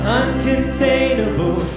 uncontainable